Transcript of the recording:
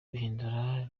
guhindura